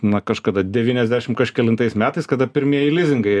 na kažkada devyniasdešim kažkelintais metais kada pirmieji lizingai